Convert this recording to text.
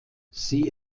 sie